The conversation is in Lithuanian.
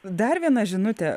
dar viena žinutė